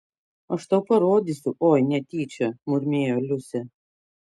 aš tau parodysiu oi netyčia murmėjo liusė